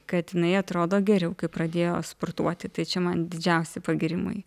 kad jinai atrodo geriau kai pradėjo sportuoti tai čia man didžiausi pagyrimai